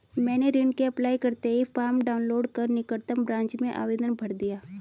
मैंने ऋण के अप्लाई करते ही फार्म डाऊनलोड कर निकटम ब्रांच में आवेदन भर दिया